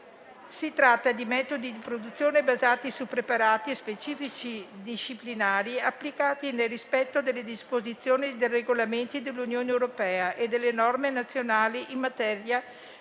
Si tratta di metodi di produzione basati su preparati e specifici disciplinari, applicati nel rispetto delle disposizioni e dei regolamenti dell'Unione europea e delle norme nazionali in materia